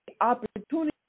opportunity